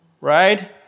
right